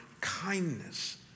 kindness